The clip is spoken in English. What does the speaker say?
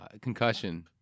Concussion